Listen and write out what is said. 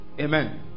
Amen